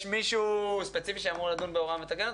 יש מישהו ספציפי שאמור לדון בהוראה מתקנת